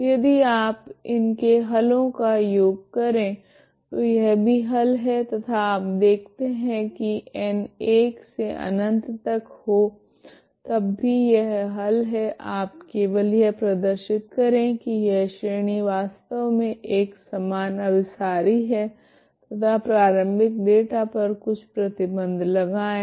तो यदि आप इनके हलों का योग करे तो यह भी हल है तथा आप देखते है की n 1 से अनंत तक हो तब भी यह हल है आप केवल यह प्रदर्शित करे की यह श्रेणी वास्तव मे एक समान अभिसारी है तथा प्रारम्भिक डेटा पर कुछ प्रतिबंध लगाए